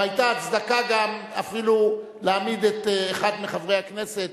והיתה הצדקה גם אפילו להעמיד את אחד מחברי הכנסת